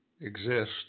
exist